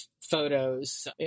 photos